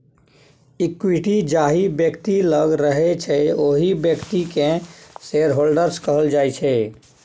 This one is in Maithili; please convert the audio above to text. इक्विटी जाहि बेकती लग रहय छै ओहि बेकती केँ शेयरहोल्डर्स कहल जाइ छै